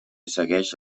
segueix